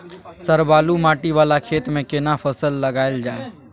Sir बालू माटी वाला खेत में केना फसल लगायल जाय?